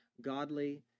Godly